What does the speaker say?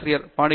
பேராசிரியர் ஜி